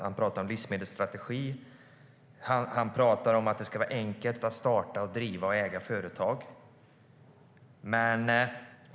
Han talar om livsmedelsstrategi, och han talar om att det ska vara enkelt att starta, driva och äga företag.